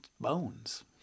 bones